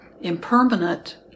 impermanent